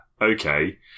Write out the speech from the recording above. okay